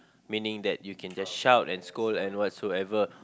meaning that you can just shout and scold and what so ever